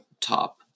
top